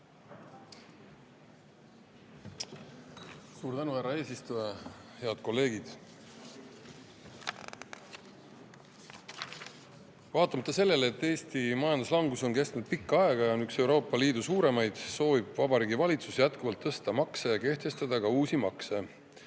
Suur tänu, härra eesistuja! Head kolleegid! Vaatamata sellele, et Eesti majanduslangus on kestnud pikka aega ja on üks Euroopa Liidu suurimaid, soovib Vabariigi Valitsus jätkuvalt tõsta makse ja kehtestada ka uusi makse.